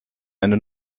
eine